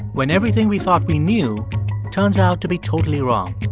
when everything we thought we knew turns out to be totally wrong.